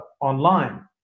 online